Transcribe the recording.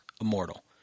immortal